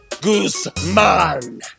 Guzman